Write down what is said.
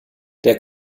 der